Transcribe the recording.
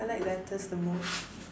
I like letters the most